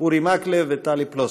אורי מקלב וטלי פלוסקוב.